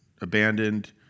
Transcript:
abandoned